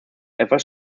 etwas